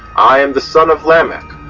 i am the son of lamech,